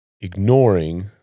ignoring